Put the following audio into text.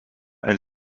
elle